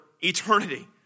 eternity